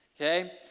Okay